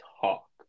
talk